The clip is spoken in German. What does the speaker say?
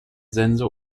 sense